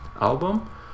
album